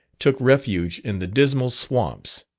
took refuge in the dismal swamps.